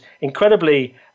incredibly